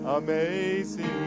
amazing